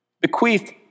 bequeathed